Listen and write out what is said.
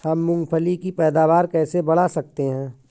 हम मूंगफली की पैदावार कैसे बढ़ा सकते हैं?